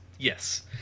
yes